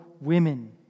women